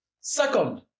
Second